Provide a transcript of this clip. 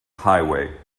highway